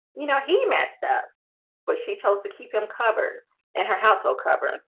you know he messed up was she chose to keep him covered and her household covered?